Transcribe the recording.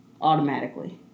automatically